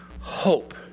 Hope